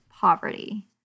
poverty